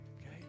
Okay